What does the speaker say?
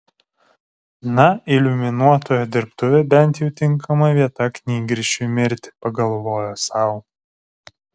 na iliuminuotojo dirbtuvė bent jau tinkama vieta knygrišiui mirti pagalvojo sau